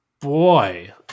Boy